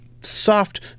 soft